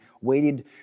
waited